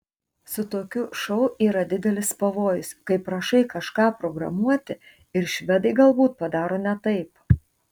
su tokiu šou yra didelis pavojus kai prašai kažką programuoti ir švedai galbūt padaro ne taip